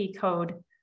code